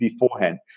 beforehand